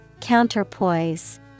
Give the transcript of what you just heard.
Counterpoise